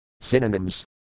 Synonyms